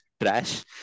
trash